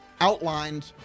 outlined